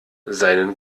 seinen